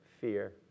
fear